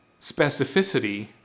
specificity